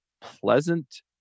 pleasant